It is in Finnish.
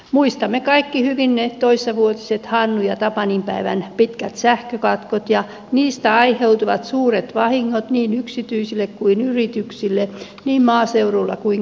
muistamme kaikki hyvin ne toissavuotiset hannun ja tapanin päivän pitkät sähkökatkot ja niistä aiheutuneet suuret vahingot niin yksityisille kuin yrityksille niin maaseudulla kuin kaupungissakin